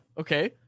Okay